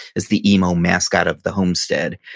is the emo mascot of the homestead.